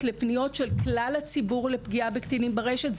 לפניות של כלל הציבור לפגיעה בקטינים ברשת.